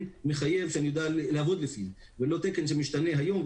מחייב שאני יודע לעבוד לפיו ולא תקן שמשתנה היום,